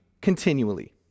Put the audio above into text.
continually